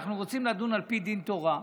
אנחנו רוצים לדון על פי דין תורה,